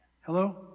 Hello